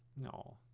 No